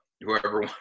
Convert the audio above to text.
Whoever